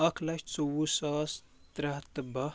اکھ لچھ ژوُہ ساس ترٛےٚ ہَتھ تہٕ باہ